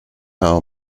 how